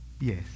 yes